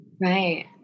Right